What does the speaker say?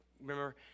remember